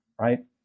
right